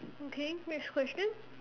okay next question